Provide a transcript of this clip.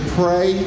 pray